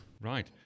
right